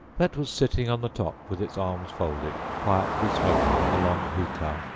that was sitting on the top with its arms folded, quietly smoking a long hookah,